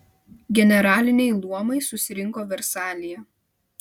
generaliniai luomai susirinko versalyje